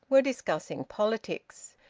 were discussing politics,